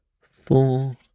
Four